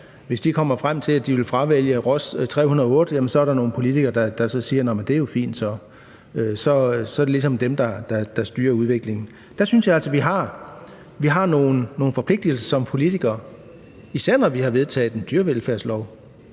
vælgere, kommer frem til, at de vil fravælge Ross 308, jamen så er der nogle politikere, der så siger: Nå, men det er jo fint så. Og så er det ligesom dem, der styrer udviklingen. Der synes jeg altså, vi som politikere har nogle forpligtelser, især når vi har vedtaget en dyrevelfærdslov,